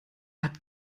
hat